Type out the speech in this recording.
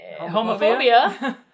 Homophobia